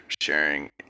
sharing